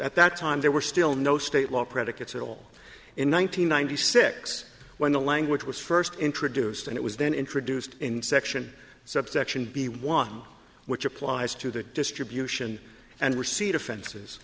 at that time there were still no state law predicates at all in one nine hundred ninety six when the language was first introduced and it was then introduced in section subsection b one which applies to the distribution and receipt offenses